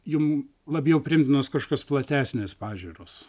jum labiau priimtinos kažkokios platesnės pažiūros